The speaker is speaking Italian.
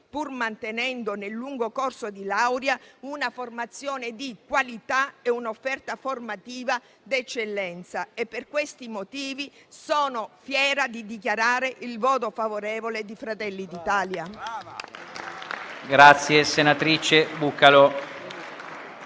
pur mantenendo nel lungo corso di laurea una formazione di qualità e un'offerta formativa d'eccellenza. Per questi motivi sono fiera di dichiarare il voto favorevole di Fratelli d'Italia.